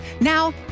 Now